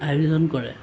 আয়োজন কৰে